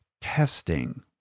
testing